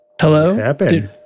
Hello